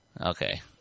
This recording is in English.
Okay